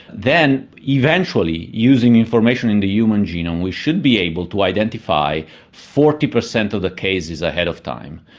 then eventually, using information in the human genome, we should be able to identify forty per cent of the cases ahead of time.